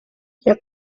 jak